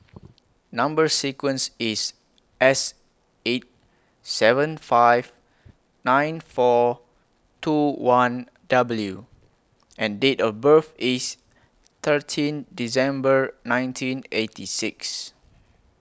Number sequence IS S eight seven five nine four two one W and Date of birth IS thirteen December nineteen eighty six